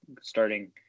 starting